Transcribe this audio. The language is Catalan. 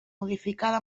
modificada